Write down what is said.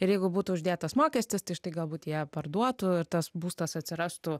ir jeigu būtų uždėtas mokestis tai štai galbūt jie parduotų ir tas būstas atsirastų